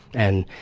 and,